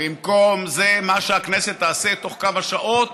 במקום זה, מה שהכנסת תעשה תוך כמה שעות